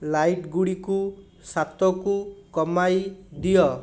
light ଗୁଡ଼ିକୁ ସାତକୁ କମାଇ ଦିଅ